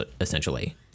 essentially